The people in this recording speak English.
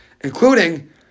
including